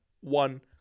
one